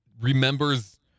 remembers